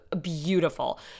beautiful